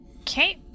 Okay